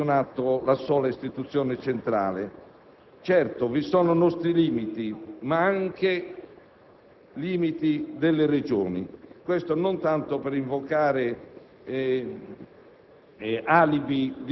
che non abbia funzionato la sola istituzione centrale. Certo, vi sono nostri limiti ma anche limiti delle Regioni. Dico questo non tanto per invocare